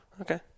Okay